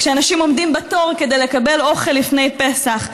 כשאנשים עומדים בתור כדי לקבל אוכל לפני פסח,